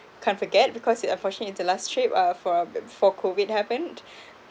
can't forget because it unfortunately is the last trip uh for before COVID happened